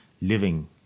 living